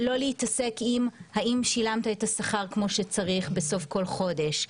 לא להתעסק עם האם שילמת את השכר כמו שצריך בסוף כל חודש.